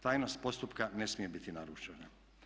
Tajnost postupka ne smije biti narušena.